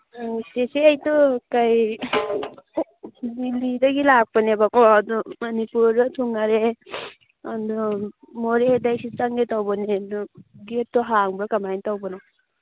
ꯎꯝ ꯆꯤꯆꯦ ꯑꯩꯁꯨ ꯀꯩ ꯗꯤꯜꯂꯤꯗꯒꯤ ꯂꯥꯛꯄꯅꯦꯕꯀꯣ ꯑꯗꯨ ꯃꯅꯤꯄꯨꯔꯗ ꯊꯨꯡꯉꯔꯦ ꯑꯗꯨ ꯃꯣꯔꯦꯗ ꯑꯩꯁꯦ ꯆꯪꯒꯦ ꯇꯧꯕꯅꯤ ꯑꯗꯨ ꯒꯦꯠꯇꯣ ꯍꯥꯡꯕ꯭ꯔ ꯀꯃꯥꯏꯅ ꯇꯧꯕꯅꯣ